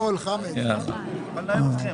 הכוונה,